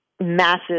massive